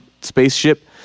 spaceship